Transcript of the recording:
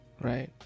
Right